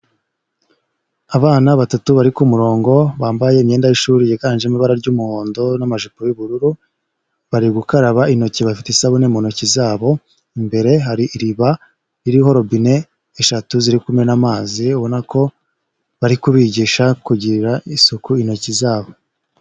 Abana batatu bari ku murongo bambaye imyenda y'ishuri yiganjemo ibara ry'umuhondo n'amajipo y'ubururu, bari gukaraba intoki bafite isabune mu ntoki zabo. Imbere hari iriba ririho robine eshatu zirikumena amazi, ubona ko bari kubigisha kugirira isuku intoki zabo.